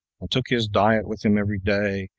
and took his diet with him every day,